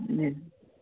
जी